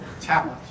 talent